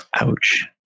Ouch